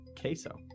queso